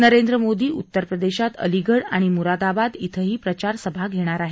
नरेंद्र मोदी उत्तरप्रदेशात अलिगढ आणि मुरादाबाद इथं प्रचारसभा घेणार आहेत